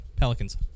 Pelicans